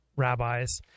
rabbis